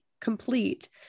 complete